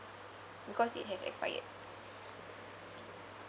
cause it has expired